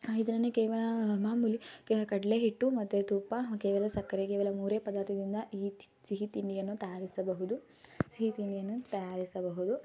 ಇದನ್ನು ಕೇವಲ ಮಾಮೂಲಿ ಕಡಲೇ ಹಿಟ್ಟು ಮತ್ತು ತುಪ್ಪ ಕೇವಲ ಸಕ್ಕರೆ ಕೇವಲ ಮೂರೇ ಪದಾರ್ಥದಿಂದ ಈ ಸಿಹಿ ತಿಂಡಿಯನ್ನು ತಯಾರಿಸಬಹುದು ಸಿಹಿ ತಿಂಡಿಯನ್ನು ತಯಾರಿಸಬಹುದು